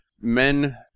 Men